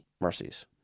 mercies